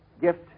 gift